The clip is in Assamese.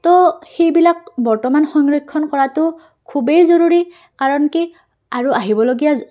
তো সেইবিলাক বৰ্তমান সংৰক্ষণ কৰাটো খুবেই জৰুৰী কাৰণ কি আৰু আহিবলগীয়া